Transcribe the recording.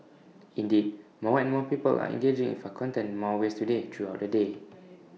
indeed more and more people are engaging with our content in more ways today throughout the day